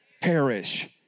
perish